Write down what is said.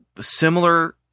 similar